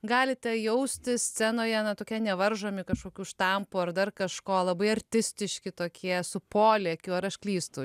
galite jaustis scenoje na tokie nevaržomi kažkokių štampų ar dar kažko labai artistiški tokie su polėkiu ar aš klystu